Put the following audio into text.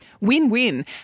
Win-win